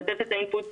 לתת את האינפוט,